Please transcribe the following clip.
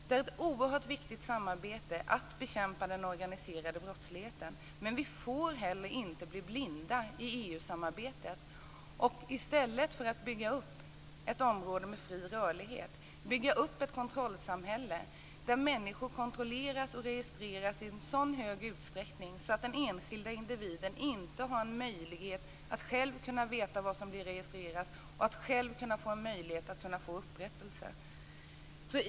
Det är ett oerhört viktigt samarbete att bekämpa den organiserade brottsligheten, men vi får heller inte bli blinda i EU-samarbetet och i stället för att bygga upp ett område med fri rörlighet bygga upp ett kontrollsamhälle, där människor kontrolleras och registreras i sådan hög utsträckning att den enskilda individen inte har en möjlighet att själv veta vad som blir registrerat och att själv kunna få upprättelse.